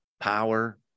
power